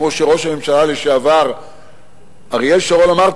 כמו שראש הממשלה לשעבר אריאל שרון אמר: